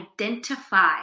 identify